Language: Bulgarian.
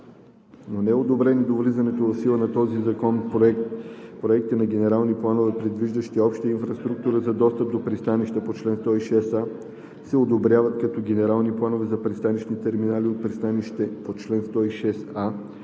но неодобрени до влизането в сила на този закон проекти на генерални планове, предвиждащи обща инфраструктура за достъп до пристанище по чл. 106а, се одобряват като генерални планове за пристанищни терминали от пристанище по чл. 106а.